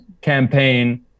campaign